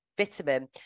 vitamin